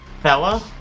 Fella